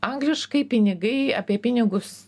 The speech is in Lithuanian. angliškai pinigai apie pinigus